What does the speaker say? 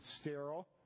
sterile